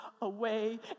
away